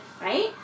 right